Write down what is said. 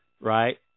right